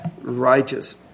righteous